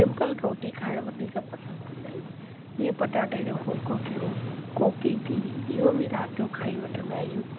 simple रोटी खाइण वधीक पसंदि कंदा आहियूं जीअं पटाटे जो फुलको थियो कोकी थी इयो बि राति जो खाई वठंदा आहियूं